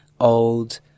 old